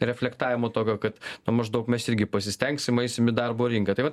reflektavimo tokio kad maždaug mes irgi pasistengsim eisime į darbo rinką tai vat